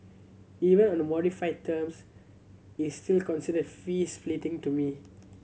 even on the modified terms it's still considered fee splitting to me